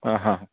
ಹಾಂ ಹಾಂ